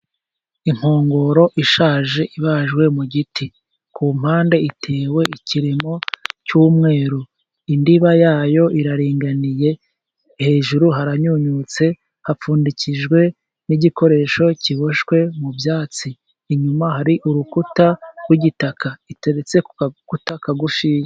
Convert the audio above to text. Inkongoro ishaje ibajwe mu giti , ku mpande itewe ikiremo cy'umweru , indiba yayo iraringaniye , hejuru haranyunyutse ,hapfundikijwe n'igikoresho kiboshywe mu byatsi . Inyuma hari urukuta rw'igitaka , iteretse ku gakutaka kagufiya.